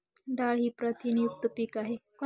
डाळ ही प्रथिनयुक्त पीक आहे